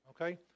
Okay